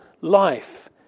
life